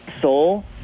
soul